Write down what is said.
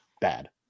bad